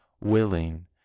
willing